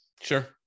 Sure